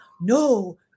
no